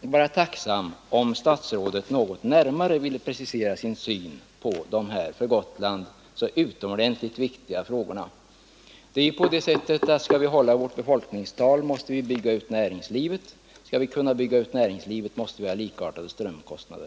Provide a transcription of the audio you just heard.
vara tacksam, om statsrådet något närmare ville precisera sin syn på de här för Gotland så utomordentligt viktiga frågorna. Skall vi hålla vårt befolkningstal, måste vi bygga ut näringslivet. Skall vi kunna bygga ut näringslivet, måste vi ha likartade strömkostnader.